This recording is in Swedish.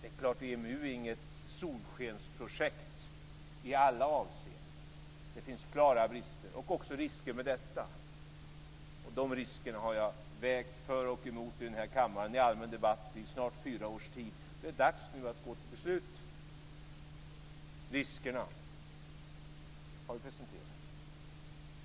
Det är klart att EMU inte är något solskensprojekt i alla avseenden. Det finns klara brister och också risker med detta. Jag har vägt dessa risker för och emot i allmän debatt här i kammaren i snart fyra års tid.